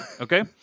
Okay